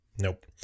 Nope